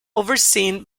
overseen